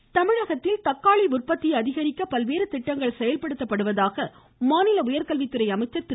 Anbazhagan voice தமிழகத்தில் தக்காளி உற்பத்தியை அதிகரிக்க பல்வேறு திட்டங்கள் செயல்படுத்தப்படுவதாக மாநில உயர்கல்வித்துறை அமைச்சர் திரு